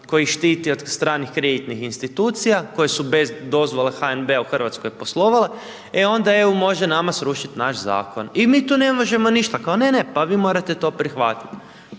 koji štiti od stranih kreditnih institucija, koje su bez dozvole HNB-a u RH poslovale, e onda EU može nama srušit naš zakon i mi tu ne možemo ništa, kao ne, ne, pa vi morate to prihvatit